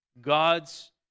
God's